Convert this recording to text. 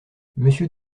monsieur